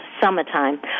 summertime